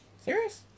Serious